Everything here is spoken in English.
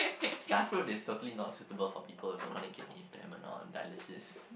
starfruit is totally not suitable for people with chronic kidney impairment or dialysis